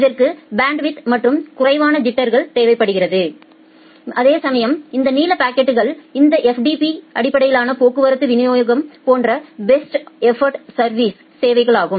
இதற்கு அதிக பேண்ட்வித் மற்றும் குறைவான ஐிட்டர் தேவைப்படுகிறது அதேசமயம் இந்த நீல பாக்கெட்கள் இந்த FTP அடிப்படையிலான போக்குவரத்து விநியோகம் போன்ற பெஸ்ட் எஃபா்ட் சா்வுஸ் சேவைகளாகும்